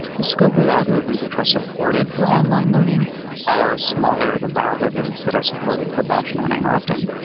the scope of algorithms which are supported for online learning are smaller than the algorithms that are supported for batch learning often.